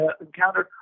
encountered